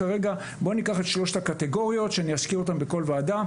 בואו ניקח את שלושת הקטגוריות שאני אזכיר אותן בכל ועדה,